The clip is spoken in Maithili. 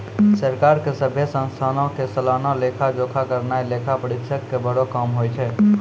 सरकार के सभ्भे संस्थानो के सलाना लेखा जोखा करनाय लेखा परीक्षक के बड़ो काम होय छै